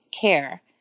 care